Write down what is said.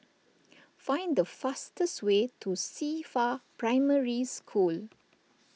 find the fastest way to Cifa Primary School